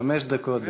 חמש דקות.